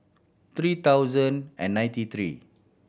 three thousand and ninety three